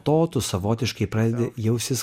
to tu savotiškai pradedi jaustis